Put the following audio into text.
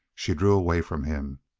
she drew away from him.